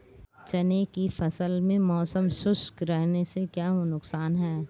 चने की फसल में मौसम शुष्क रहने से क्या नुकसान है?